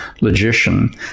logician